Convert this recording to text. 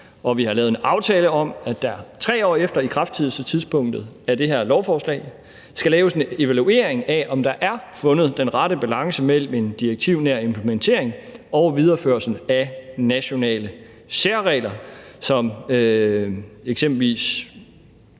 og vi har lavet en aftale om, at der 3 år efter ikrafttrædelsestidspunktet for det her lovforslag skal laves en evaluering af, om der er fundet den rette balance mellem en direktivnær implementering og videreførelsen af nationale særregler, som ikke